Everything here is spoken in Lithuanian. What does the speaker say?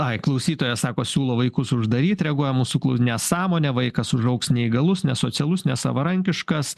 ai klausytojas sako siūlo vaikus uždaryt reaguoja mūsų nesąmonė vaikas užaugs neįgalus nesocialus nesavarankiškas